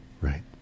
right